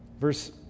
Verse